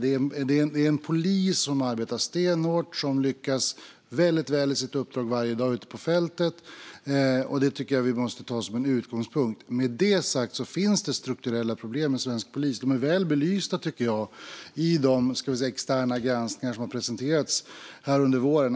Vi har en polis som arbetar stenhårt och som lyckas väldigt väl i sitt uppdrag varje dag ute på fältet, och det tycker jag att vi måste ta som utgångspunkt. Med det sagt finns det strukturella problem i svensk polis. De är väl belysta, tycker jag, i de externa granskningar som har presenterats här under våren.